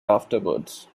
afterwards